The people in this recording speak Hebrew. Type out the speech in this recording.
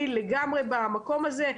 אני לגמרי במקום הזה,